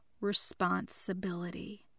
responsibility